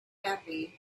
happy